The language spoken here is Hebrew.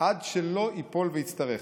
עד שלא ייפול ויצטרך".